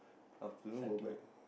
afternoon go back